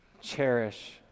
Cherish